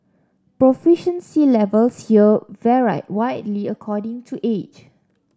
proficiency levels here varied widely according to age